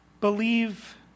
believe